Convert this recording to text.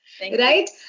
right